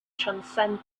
transcend